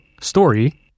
story